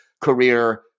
career